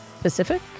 Pacific